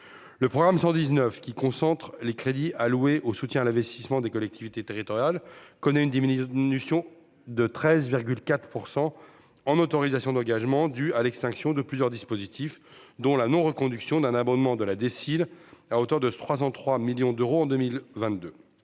le programme 119 qui concentre les crédits alloués au soutien à l'investissement des collectivités territoriales, connaît une diminution notion de 13,4 % en autorisations d'engagement du à l'extinction de plusieurs dispositifs, dont la non reconduction d'un abonnement de la décide à hauteur de 303 millions d'euros en 2022,